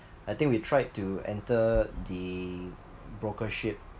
I think we tried to enter the brokership